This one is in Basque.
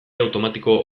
automatiko